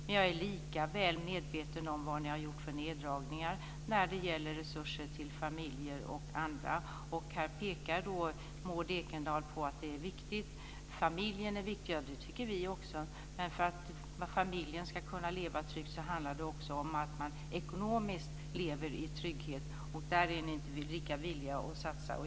Och jag är lika väl medveten om vilka neddragningar ni har gjort när det gäller resurser till familjer och andra. Maud Ekendahl pekar på att familjen är viktig. Det tycker vi också, men för att familjen ska kunna leva tryggt handlar det också om ekonomisk trygghet. Där är ni inte lika villiga att satsa.